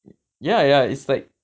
ya ya it's like